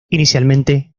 inicialmente